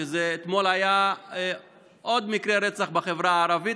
שאתמול היה עוד מקרה רצח בחברה הערבית,